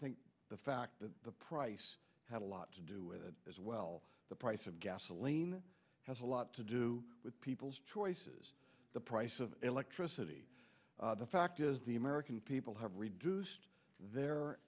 think the fact that the price had a lot to do with it as well the price of gasoline has a lot to do with people's choices the price of electricity the fact is the american people have reduced their